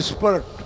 Spirit